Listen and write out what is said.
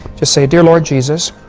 just say, dear lord jesus,